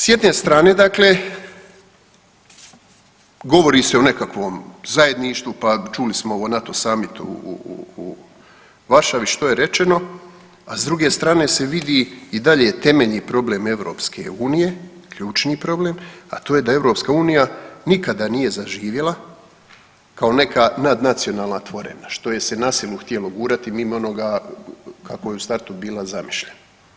S jedne strane dakle govori se o nekakvom zajedništvu pa čuli smo o NATO summitu u Varšavi što je rečeno, a s druge strane se vidi i dalje temeljni problem EU, ključni problem, a to je da EU nikada nije zaživjela kao neka nadnacionalna tvorevina što je se nasilu htjelo gurati mimo onoga kako je u startu bila zamišljena.